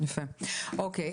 אוקיי.